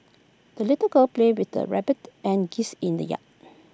the little girl played with the rabbit and geese in the yard